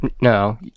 No